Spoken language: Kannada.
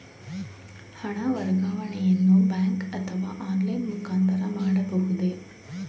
ಹಣ ವರ್ಗಾವಣೆಯನ್ನು ಬ್ಯಾಂಕ್ ಅಥವಾ ಆನ್ಲೈನ್ ಮುಖಾಂತರ ಮಾಡಬಹುದೇ?